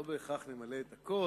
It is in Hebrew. לא בהכרח נמלא את הכול.